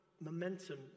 momentum